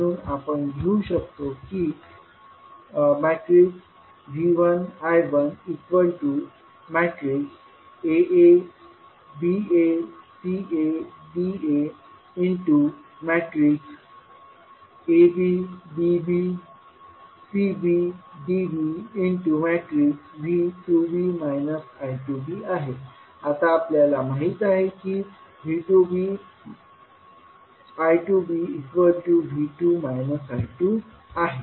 म्हणून आपण लिहू शकतो की V1 I1Aa Ba Ca Da Ab Bb Cb Db V2b I2b आहे आता आपल्याला माहित आहे की V2b I2bV2 I2 आहे